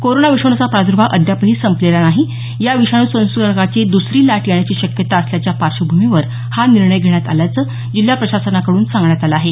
corona विषाणूचा प्रादर्भाव अद्यापही संपलेला नाही या विषाणू संसर्गाची दुसरी लाट येण्याची शक्यता असल्याच्या पार्श्वभूमीवर हा निर्णय घेण्यात आल्याचं जिल्हा प्रशासनाकडून सांगण्यात आलं आहे